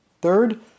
Third